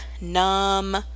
numb